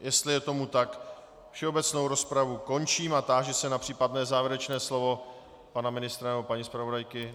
Jestli je tomu tak, všeobecnou rozpravu končím a táži se na případné závěrečné slovo pana ministra nebo paní zpravodajky.